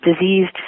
diseased